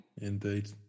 indeed